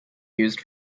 used